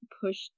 push